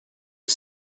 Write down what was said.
the